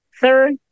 Third